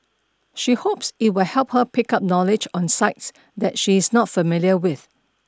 she hopes it will help her pick up knowledge on sites that she is not familiar with